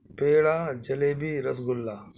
پیڑا جلیبی رس گلہ